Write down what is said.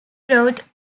brought